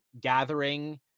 gathering –